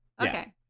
Okay